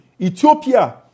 Ethiopia